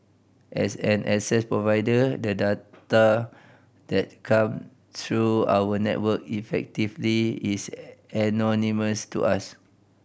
as an access provider the data that come through our network effectively is anonymous to us